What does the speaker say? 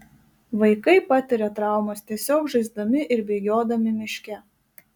vaikai patiria traumas tiesiog žaisdami ir bėgiodami miške